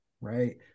right